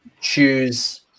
choose